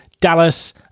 Dallas